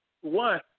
one